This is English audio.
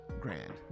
grand